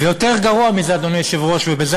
היא לא צריכה ללכת, אם יש לה דבר כזה.